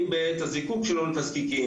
אם בעת הזיקוק שלו לתזקיקים,